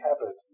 habit